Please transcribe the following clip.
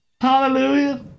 Hallelujah